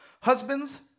Husbands